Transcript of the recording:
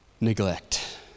neglect